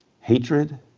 Hatred